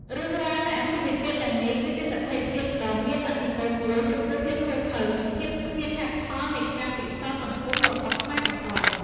រឿងរ៉ាវនៃអាពាហ៍ពិពាហ៍ទាំងនេះគឺជាសក្ខីភាពដ៏មានឥទ្ធិពលមួយចំពោះភាពឃោរឃៅនិងភាពគ្មានហេតុផលនៃការពិសោធន៍សង្គមរបស់ខ្មែរក្រហម។